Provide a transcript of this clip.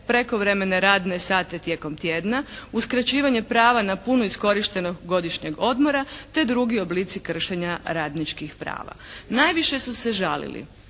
prekovremene radne sate tijekom tjedna, uskraćivanje prava na punu iskorištenost godišnjeg odmora te drugi oblici kršenja radničkih prava. Najviše su se žalili